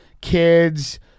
kids